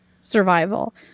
survival